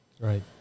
Right